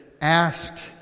asked